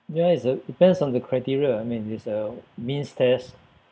ya it's a depends on the criteria I mean it's a means test